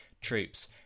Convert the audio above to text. troops